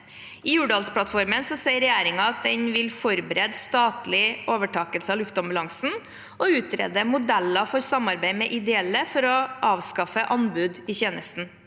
I Hurdalsplattformen sier regjeringen at den vil forberede statlig overtakelse av luftambulansen og utrede modeller for samarbeid med ideelle for å avskaffe anbud i tjenesten.